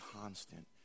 constant